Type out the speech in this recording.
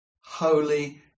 holy